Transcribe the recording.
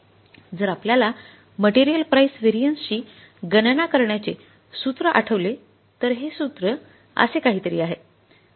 जर आपल्याला material price variance ची गणना करण्याचे सूत्र आठवले तर हे सूत्र असे काहीतरी आहे